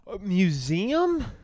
Museum